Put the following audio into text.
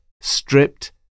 stripped